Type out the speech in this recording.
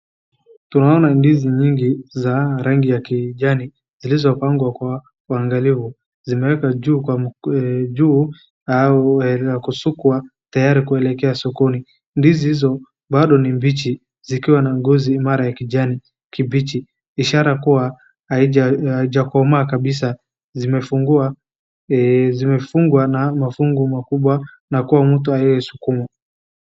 Tunaona ndizi nyingi za rangi ya kijani zilizopangwa anga level zimeekwa juu za kusukwa tayari kuelekea sokoni. Ndizi hizo bado ni mbichi zikiwa na ngozi mara ya kijani kibichi ishara kuwa haijakomaa kabisa, zimefungwa na mafungu makubwa na kwa mtu aliyesukuma